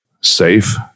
Safe